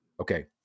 Okay